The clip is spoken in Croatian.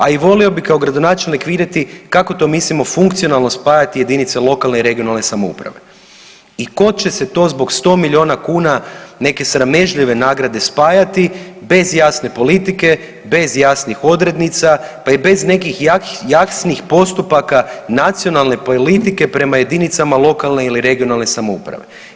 A i volio bih kao gradonačelnik vidjeti kako to mislimo funkcionalno spajati jedinice lokalne i regionalne samouprave i tko će se to zbog sto milijuna kuna neke sramežljive nagrade spajati bez jasne politike, bez jasnih odrednica, pa i bez nekih jasnih postupaka nacionalne politike prema jedinicama lokalne ili regionalne samouprave.